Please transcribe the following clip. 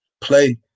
play